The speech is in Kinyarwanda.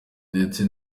ndetse